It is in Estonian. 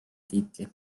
tiitli